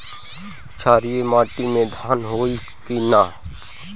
क्षारिय माटी में धान होई की न?